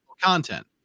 content